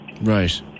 Right